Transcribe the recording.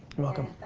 you're welcome.